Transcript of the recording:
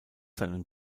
seinem